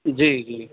جی جی